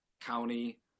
county